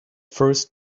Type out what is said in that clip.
first